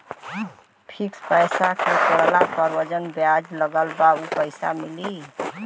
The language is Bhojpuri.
फिक्स पैसा के तोड़ला पर जवन ब्याज लगल बा उ मिली?